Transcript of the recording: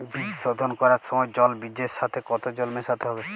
বীজ শোধন করার সময় জল বীজের সাথে কতো জল মেশাতে হবে?